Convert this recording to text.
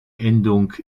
endung